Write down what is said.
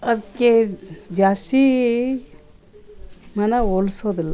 ಅದಕ್ಕೆ ಜಾಸ್ತಿ ಮನ ಒಲ್ಸೋದಿಲ್ಲ